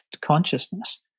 consciousness